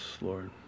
Lord